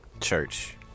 Church